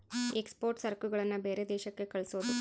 export ಸರಕುಗಳನ್ನ ಬೇರೆ ದೇಶಕ್ಕೆ ಕಳ್ಸೋದು